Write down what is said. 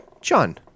John